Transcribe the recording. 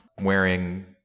Wearing